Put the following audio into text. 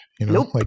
Nope